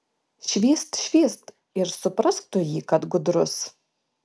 švyst švyst ir suprask tu jį kad gudrus